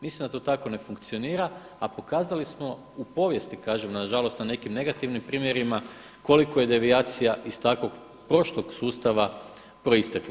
Mislim da to tako ne funkcionira, a pokazali smo u povijesti kažem, nažalost, na nekim negativnim primjerima, koliko je devijacija iz takvog prošlog sustava proisteklo.